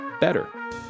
better